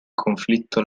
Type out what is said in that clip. conflitto